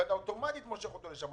ואתה אוטומטית מושך אותו לשם.